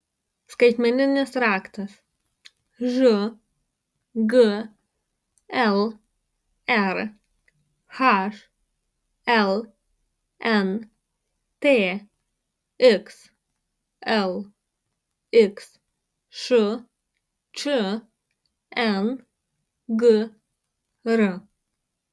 skaitmeninis raktas žglr hlnt xlxš čngr